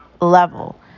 level